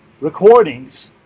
recordings